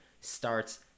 starts